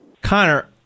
Connor